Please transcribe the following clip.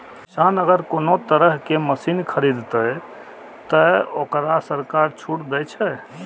किसान अगर कोनो तरह के मशीन खरीद ते तय वोकरा सरकार छूट दे छे?